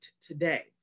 today